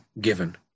given